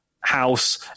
house